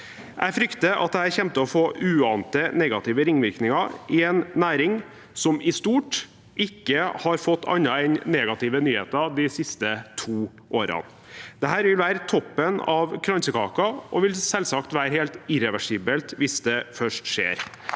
Jeg frykter at dette kommer til å få uante negative ringvirkninger i en næring som i stort ikke har fått annet enn negative nyheter de siste to årene. Dette vil være toppen av kransekaken og vil selvsagt være helt irreversibelt hvis det først skjer.